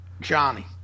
Johnny